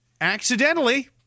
Accidentally